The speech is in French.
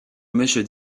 monsieur